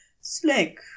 slick